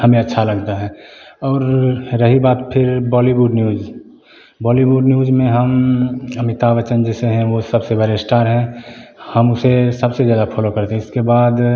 हमें अच्छा लगता है और रही बात फिर बॉलीवुड न्यूज़ बॉलीवुड न्यूज़ में हम अमिताभ बच्चन जैसे हैं वह सबसे बड़े श्टार हैं हम उसे सबसे ज़्यादा फॉलो करते हैं उसके बाद